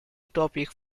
topic